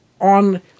on